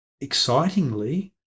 excitingly